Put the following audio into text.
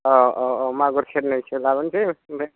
औ औ औ मागुर सेरनैसो लाबोनोसै ओमफ्राय